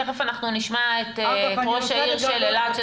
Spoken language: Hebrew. תיכף אנחנו נשמע את ראש העיר של אילת,